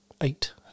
eight